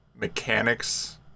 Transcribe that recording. mechanics